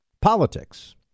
politics